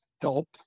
help